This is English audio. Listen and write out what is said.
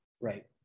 Right